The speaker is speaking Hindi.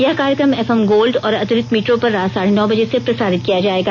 यह कार्यक्रम एफ एम गोल्ड और अतिरिक्त मीटरों पर रात साढ़े नौ बजे से प्रसारित किया जायेगा